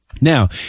Now